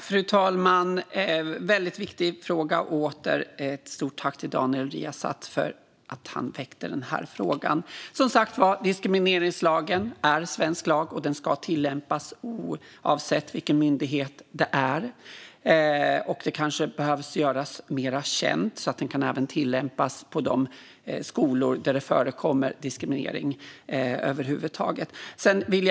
Fru talman! Det här är en väldigt viktig fråga, och jag vill återigen rikta ett stort tack till Daniel Riazat för att han väckte den. Diskrimineringslagen är som sagt svensk lag, och den ska tillämpas oavsett vilken myndighet det gäller. Det kanske behöver göras mer känt, så att den även kan tillämpas på de skolor där diskriminering över huvud taget förekommer.